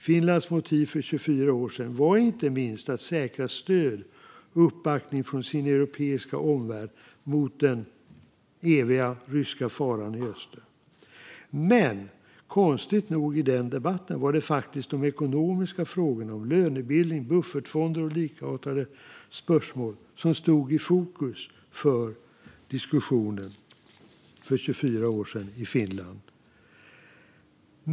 Finlands motiv för 24 år sedan var inte minst att säkra stöd och uppbackning från sin europeiska omvärld mot den eviga ryska faran i öster. Men i den debatten var det konstigt nog de ekonomiska frågorna - lönebildning, buffertfonder och likartade spörsmål - som stod i fokus för diskussionen för 24 år sedan i Finland.